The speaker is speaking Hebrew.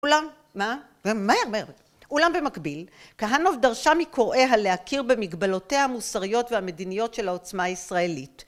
אולם במקביל כהנוף דרשה מקוראיה להכיר במגבלותיה המוסריות והמדיניות של העוצמה הישראלית